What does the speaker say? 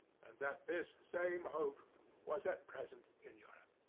and that this same hope was at present in europe.